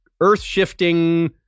earth-shifting